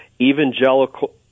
evangelical